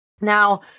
Now